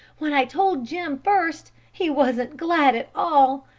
when i told jim first, he wasn't glad at all,